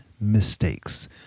mistakes